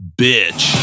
bitch